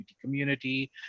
community